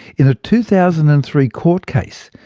in a two thousand and three court case,